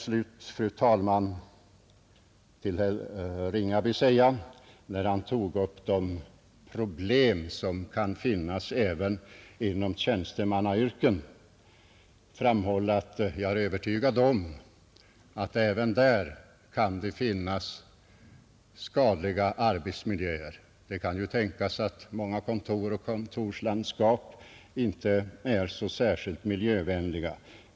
Sedan tog herr Ringaby upp de problem som kan finnas också inom tjänstemannayrkena. Jag vill då framhålla att jag är övertygad om att det även där kan finnas olämpliga arbetsmiljöer. Det kan tänkas att många kontor och kontorslandskap inte är särskilt miljövänliga.